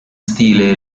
stile